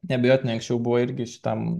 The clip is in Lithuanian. neabejotinai anksčiau buvo irgi šitam